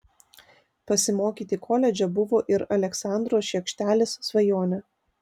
pasimokyti koledže buvo ir aleksandro šiekštelės svajonė